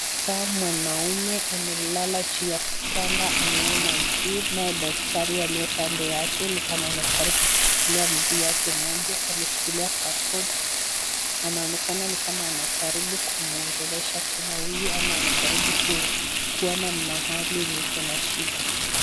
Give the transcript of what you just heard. Ni kama mwanaume amelala juu ya kitanda ameona juu, naye daktari aliye kando yake ni kama anajaribu kushikilia mguu yake mmoja. Ameshikilia kwa goti. Anaonekana ni kama anajaribu kumuongelesha tena huyu ama anajaribu kuona mahali yenye iko na shida.